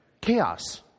chaos